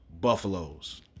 Buffaloes